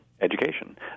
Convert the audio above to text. education